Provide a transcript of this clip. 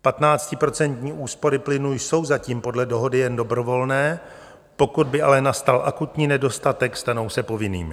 Patnáctiprocentní úspory plynu jsou zatím podle dohody jen dobrovolné, pokud by ale nastal akutní nedostatek, stanou se povinnými.